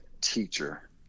teacher